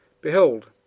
behold